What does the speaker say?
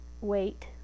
wait